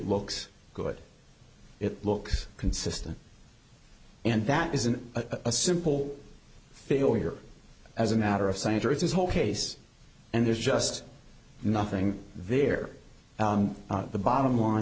looks good it looks consistent and that isn't a simple failure as a matter of science or is this whole case and there's just nothing there the bottom line